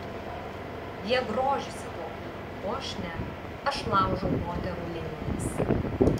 jie grožisi tuo kūnu o aš ne aš laužau moterų linijas